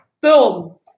Boom